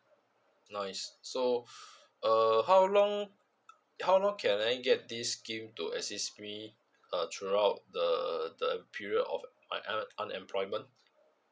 nice so err how long how long can I get this scheme to assist me uh throughout the the period of uh my unemployment